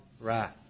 wrath